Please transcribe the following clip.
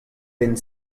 benn